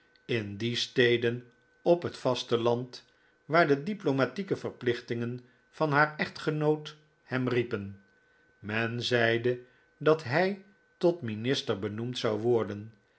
in die steden op het vaste land waar de diplomatieke plichten van haar echtgenoot hem riepen men zeide dat hij tot minister benoemd zou worden